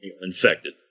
infected